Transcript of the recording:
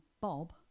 Bob